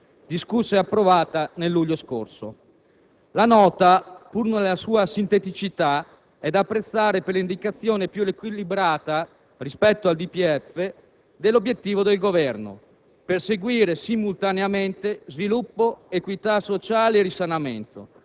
discussa e approvata nel luglio scorso. La Nota, pur nella sua sinteticità, è da apprezzare per l'indicazione più equilibrata rispetto al DPEF dell'obiettivo del Governo: perseguire simultaneamente sviluppo, equità sociale e risanamento,